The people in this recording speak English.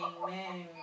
Amen